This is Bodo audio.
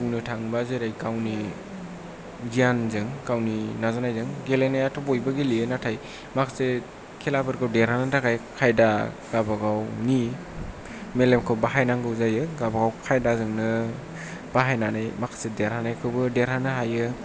बुंनो थाङोब्ला जेरै गावनि गियानजों गावनि नाजानायजों गेलेनायाथ' बयबो गेलेयो नाथाय माखासे खेलाफोरखौ देरहानो थाखाय खायदा गावबा गावनि मेलेमखौ बाहायनांगौ जायो गावबा गाव खायदाजोंनो बाहायनानै माखासे देरहानायखौबो देरहानो हायो